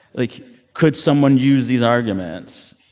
like could someone use these arguments?